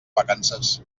vacances